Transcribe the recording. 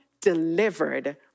delivered